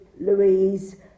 Louise